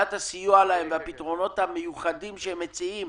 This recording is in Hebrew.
חבילת הסיוע להם והפתרונות המיוחדים שהם מציעים